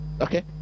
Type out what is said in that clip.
okay